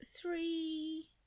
three